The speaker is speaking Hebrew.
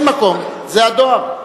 אין מקום, זה הדואר.